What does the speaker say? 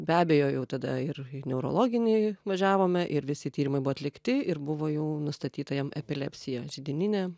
be abejo jau tada ir į neurologinį važiavome ir visi tyrimai buvo atlikti ir buvo jau nustatyta jam epilepsija židininė